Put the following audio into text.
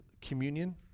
communion